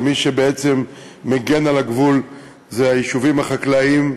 ומי שבעצם מגן על הגבול זה היישובים החקלאיים.